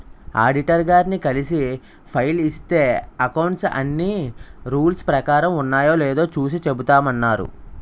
auditor గారిని కలిసి file ఇస్తే అకౌంట్స్ అన్నీ రూల్స్ ప్రకారం ఉన్నాయో లేదో చూసి చెబుతామన్నారు